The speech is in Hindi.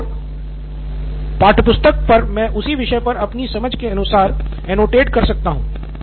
दूसरी और पाठ्यपुस्तक पर मैं उसी विषय पर अपनी समझ के अनुसार एनोटेट कर सकता हूं